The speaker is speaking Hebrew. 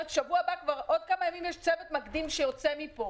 כלומר עוד כמה ימים יש צות מקדים שיוצא מפה.